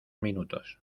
minutos